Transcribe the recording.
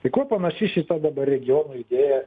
tai kuo panaši šita dabar regionų idėja